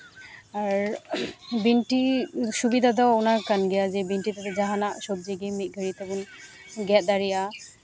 ᱟᱨ ᱵᱤᱱᱴᱤ ᱥᱩᱵᱤᱫᱟ ᱫᱚ ᱚᱱᱟ ᱠᱟᱱ ᱜᱮᱭᱟ ᱡᱮ ᱡᱮ ᱵᱤᱱᱴᱤ ᱛᱮᱫᱚ ᱡᱟᱦᱟᱱᱟᱜ ᱥᱚᱵᱽᱡᱤ ᱜᱮ ᱢᱤᱫ ᱜᱷᱟᱹᱲᱤᱡ ᱛᱮᱵᱚᱱ ᱜᱮᱫ ᱫᱟᱲᱮᱭᱟᱜᱼᱟ